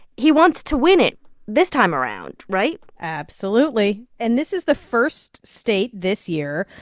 he wants to win it this time around, right? absolutely. and this is the first state this year,